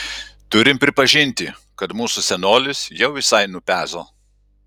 turim pripažinti kad mūsų senolis jau visai nupezo